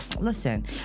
listen